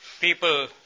people